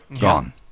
Gone